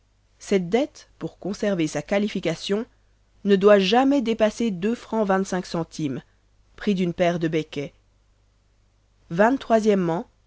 cette dette pour conserver sa qualification ne doit jamais dépasser fr prix d'une paire de